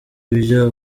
ibyo